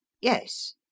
yes